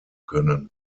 können